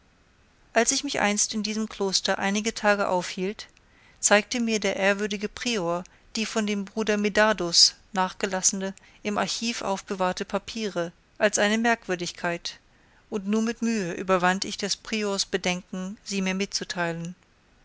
als ich mich einst in diesem kloster einige tage aufhielt zeigte mir der ehrwürdige prior die von dem bruder medardus nachgelassene im archiv aufbewahrte papiere als eine merkwürdigkeit und nur mit mühe überwand ich des priors bedenken sie mir mitzuteilen